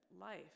life